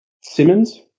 Simmons